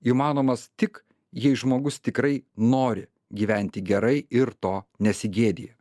įmanomas tik jei žmogus tikrai nori gyventi gerai ir to nesigėdija